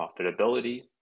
profitability